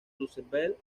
roosevelt